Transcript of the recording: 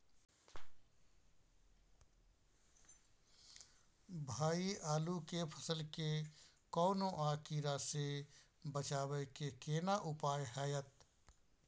भाई आलू के फसल के कौनुआ कीरा से बचाबै के केना उपाय हैयत?